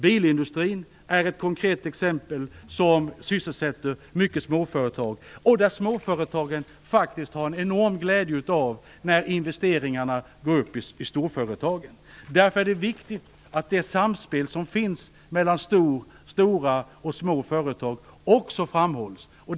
Bilindustrin är ett konkret exempel som sysselsätter många småföretag. Där har småföretagen faktiskt en enorm glädje av att investeringarna går upp i storföretagen. Därför är det viktigt att det samspel som finns mellan stora och små företag också framhålls.